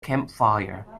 campfire